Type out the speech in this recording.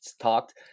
talked